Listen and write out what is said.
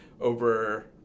over